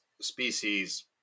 species